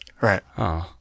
right